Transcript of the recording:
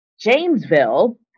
Jamesville